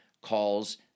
calls